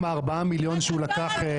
עם ה-4 מיליון שהוא לקח,